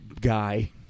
guy